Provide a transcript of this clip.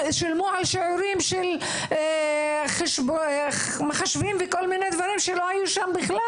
שילמו על שיעורים של מחשבים וכל מיני דברים כאשר הם לא היו שם בכלל.